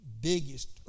biggest